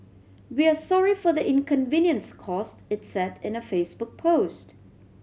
we are sorry for the inconvenience caused it said in a Facebook post